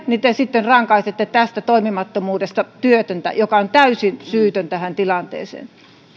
te sitten rankaisette tästä toimimattomuudesta työtöntä joka on täysin syytön tähän tilanteeseen